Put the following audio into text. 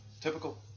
typical –